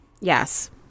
Yes